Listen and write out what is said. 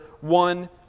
one